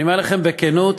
אני אומר לכם בכנות,